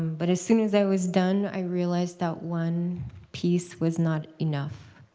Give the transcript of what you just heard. but as soon as i was done, i realized that one piece was not enough.